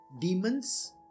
demons